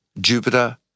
Jupiter